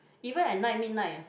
even at night midnight ah